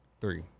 Three